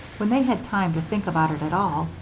when they had time to think about it at all,